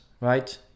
right